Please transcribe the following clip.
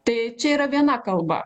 tai čia yra viena kalba